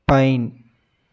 fine